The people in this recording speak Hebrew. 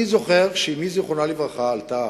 אני זוכר שאמי זיכרונה לברכה עלתה ארצה.